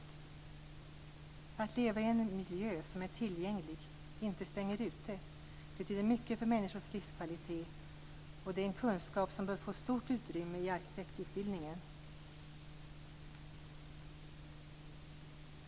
Att leva i en miljö som är tillgänglig och som inte stänger ute betyder mycket för människors livskvalitet. Och det är en kunskap som bör få stort utrymme i arkitektutbildningen.